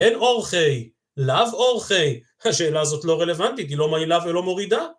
אין אורחי, לב אורחי, השאלה הזאת לא רלוונטית היא לא מעילה ולא מורידה